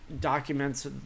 documents